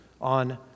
on